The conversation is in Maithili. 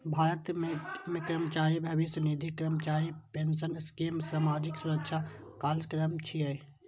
भारत मे कर्मचारी भविष्य निधि, कर्मचारी पेंशन स्कीम सामाजिक सुरक्षा कार्यक्रम छियै